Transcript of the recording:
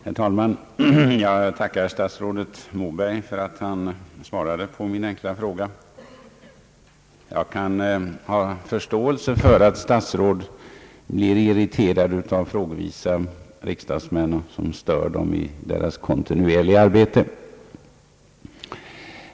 Herr talman! Jag tackar statsrådet Moberg för att han svarade på min enkla fråga. Jag kan ha förståelse för att statsråd blir irriterade av frågvisa riksdagsmän, som stör dem i deras kontinuerliga arbete.